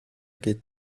geht